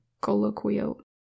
colloquial